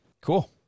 Cool